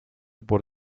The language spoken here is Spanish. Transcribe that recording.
por